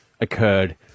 occurred